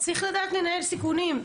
צריך לדעת לנהל סיכונים,